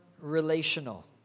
relational